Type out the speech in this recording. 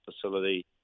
facility